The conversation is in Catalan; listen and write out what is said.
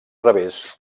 revés